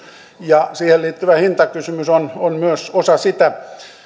ja siihen liittyvä hintakysymys on on myös osa sitä